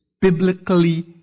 biblically